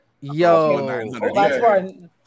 Yo